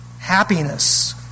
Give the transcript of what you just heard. Happiness